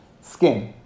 skin